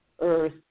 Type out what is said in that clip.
earth